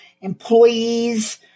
employees